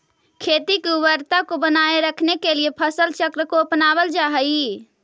खेतों की उर्वरता को बनाए रखने के लिए फसल चक्र को अपनावल जा हई